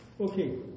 Okay